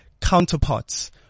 counterparts